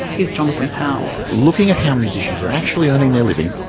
here's jonathan powles. looking at how musicians are actually earning their living,